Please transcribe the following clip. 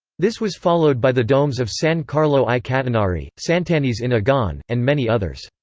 this was followed by the domes of san carlo ai catinari, sant'agnese in agone, and many others.